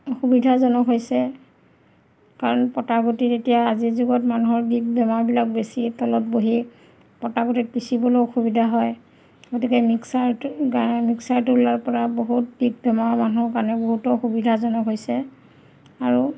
সুবিধাজনক হৈছে কাৰণ পটা গুটিত এতিয়া আজিৰ যুগত মানুহৰ বিষ বেমাৰবিলাক বেছি তলত বহি পটা গুটিত পিচিবলৈও অসুবিধা হয় গতিকে মিক্সাৰটো মিক্সাৰটো ওলোৱাৰ পৰা বহুত বিষ বেমাৰৰ মানুহৰ কাৰণে বহুতো সুবিধাজনক হৈছে আৰু